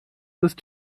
ist